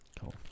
Cool